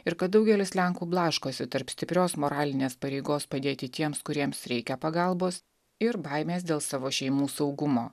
ir kad daugelis lenkų blaškosi tarp stiprios moralinės pareigos padėti tiems kuriems reikia pagalbos ir baimės dėl savo šeimų saugumo